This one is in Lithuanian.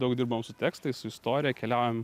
daug dirbam su tekstais su istorija keliaujam